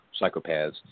Psychopaths